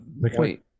wait